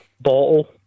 Bottle